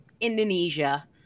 Indonesia